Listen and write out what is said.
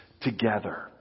together